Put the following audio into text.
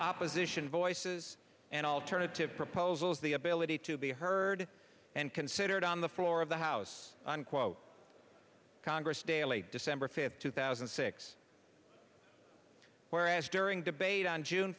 opposition voices and alternative proposals the ability to be heard and considered on the floor of the house unquote congress daill december fifth two thousand and six where as during